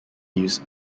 use